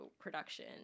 production